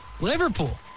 Liverpool